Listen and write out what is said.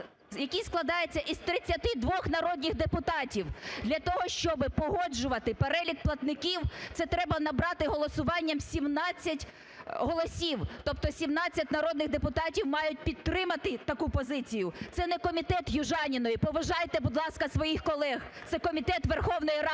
який складається із 32 народних депутатів. Для того, щоби погоджувати перелік платників, це треба набрати голосуванням 17 голосів, тобто 17 народних депутатів мають підтримати таку позицію. Це не комітет Южаніної, поважайте, будь ласка, своїх колег, – це комітет Верховної Ради,